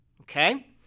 Okay